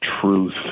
truth